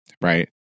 right